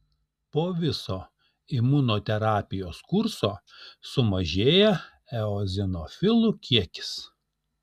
po viso imunoterapijos kurso sumažėja eozinofilų kiekis